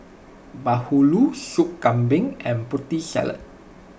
Bahulu Soup Kambing and Putri Salad